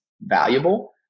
valuable